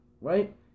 right